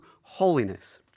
holiness